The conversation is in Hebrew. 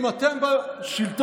אם אתם בשלטון,